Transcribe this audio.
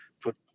put